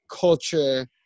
culture